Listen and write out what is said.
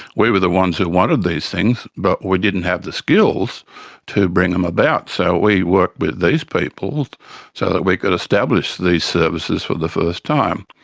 we were the ones who wanted these things, but we didn't have the skills to bring them about. so we worked with these people so that we could establish these services for the first time.